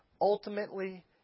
ultimately